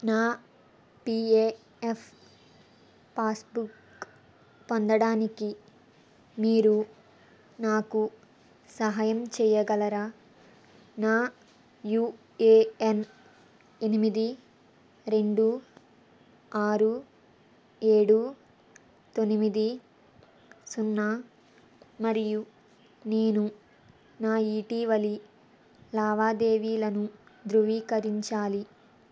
నా P A F passbook పొందడానికి మీరు నాకు సహయం చెయ్యగలరా నా యూ ఏ యన్ ఎనిమిది రెండు ఆరు ఏడు తొమ్మిది సున్నా మరియు నేను నా ఇటీవలి లావాదేవీలను ధృవీకరించాలి